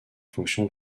fonction